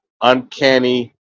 Uncanny